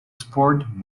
sport